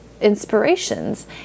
inspirations